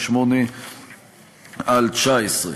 פ/2128/19.